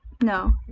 No